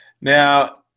Now